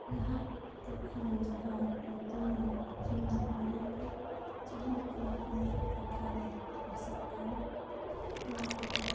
ᱞᱟᱦᱟ ᱚᱠᱛᱚ ᱠᱷᱚᱱ ᱡᱟᱦᱟ ᱧᱩᱛᱩᱢᱟᱱ ᱩᱛᱱᱟᱹᱣ ᱢᱮᱱᱟᱜᱼᱟ ᱡᱟᱦᱟᱸᱞᱮᱠᱟ ᱤᱧᱟᱹᱜ ᱴᱚᱴᱷᱟᱨᱮ ᱟᱥᱚᱜ ᱠᱟᱱ ᱚᱱᱟ ᱠᱚᱫᱚ